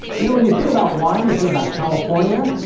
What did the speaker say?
you know, when you think about wine, you think about california,